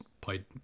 played